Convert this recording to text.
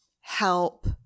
help